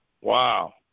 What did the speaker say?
Wow